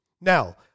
Now